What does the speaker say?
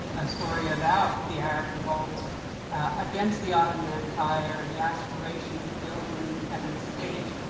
a story about the arab revolt against the ottoman empire, and the aspiration to build an independent state.